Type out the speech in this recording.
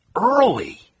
early